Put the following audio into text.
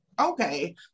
Okay